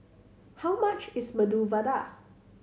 how much is Medu Vada